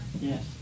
yes